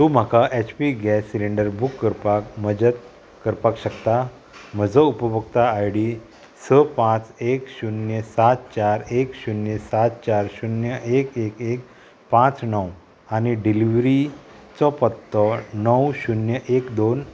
तूं म्हाका H P gas cylinder book करपाक मजत करपाक शकता म्हजो उपभोक्ता आय डी स पांच एक शुन्य सात चार एक शुन्य सात चार शुन्य एक एक पांच णव आनी डिलिव्हरी चो पत्तो णव शुन्य एक दोन